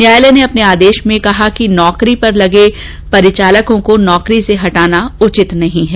न्यायालय ने अपने आदेश में कहा कि नौकरी पर लगे परिचालकों को नौकरी से हटाना उचित नहीं है